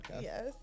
Yes